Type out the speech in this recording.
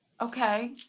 Okay